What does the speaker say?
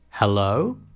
Hello